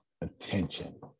Attention